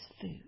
food